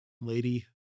lady